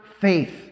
faith